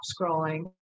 scrolling